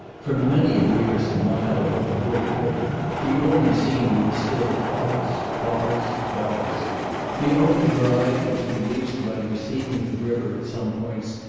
for many a wearisome mile above the wolf river the only scenery was still forest forest forest the only variety was produced by the receding of the river at some points,